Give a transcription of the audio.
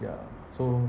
ya so